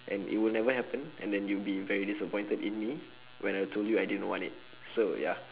and it would never happen and then you'll be very disappointed in me when I told you I didn't want it so ya